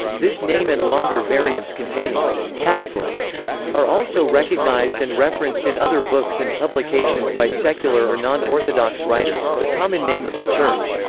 this name and longer variants containing catholic are also recognised and referenced in other books and publications by secular or non-orthodox writers the common name of the church,